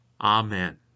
Amen